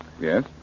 Yes